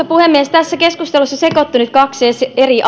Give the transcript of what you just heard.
puhemies tässä keskustelussa sekoittui nyt kaksi eri